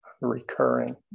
Recurring